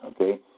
Okay